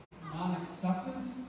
non-acceptance